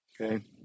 Okay